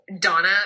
Donna